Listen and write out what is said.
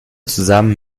zusammen